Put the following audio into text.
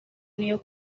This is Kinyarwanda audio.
n’iyo